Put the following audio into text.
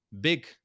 big